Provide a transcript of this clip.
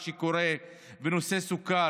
מה שקורה בנושא הסוכר,